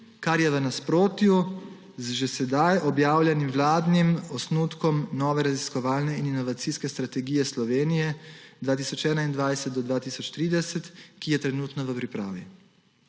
kar je v nasprotju z že sedaj objavljenim vladnim osnutkom nove raziskovalne in inovacijske strategije Slovenije 2021–2030, ki je trenutno v pripravi.